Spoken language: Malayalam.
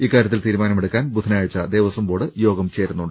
ഇക്കാര്യത്തിൽ തീരുമാനമെടുക്കാൻ ബുധനാഴ്ച ദേവസംബോർഡ് യോഗം ചേരുന്നുണ്ട്